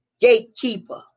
gatekeeper